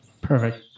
Perfect